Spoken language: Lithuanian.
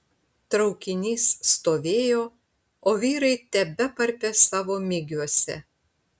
traukinys stovėjo o vyrai tebeparpė savo migiuose